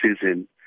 season